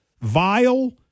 Vile